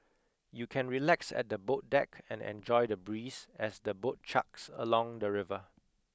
you can relax at the boat deck and enjoy the breeze as the boat chugs along the river